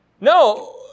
No